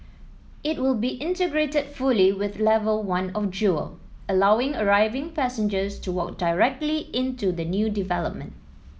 it will be integrated fully with level one of Jewel allowing arriving passengers to walk directly into the new development